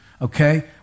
Okay